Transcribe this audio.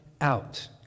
out